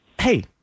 Hey